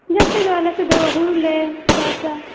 ᱡᱟᱹᱥᱛᱤ ᱫᱚ ᱟᱞᱮᱥᱮᱫ ᱫᱚ ᱦᱩᱲᱩᱞᱮ ᱪᱟᱥᱟ